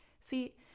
See